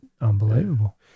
unbelievable